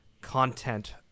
content